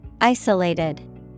Isolated